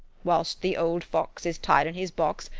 whilst the old fox is tied in his box,